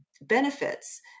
benefits